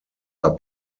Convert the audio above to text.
are